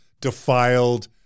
defiled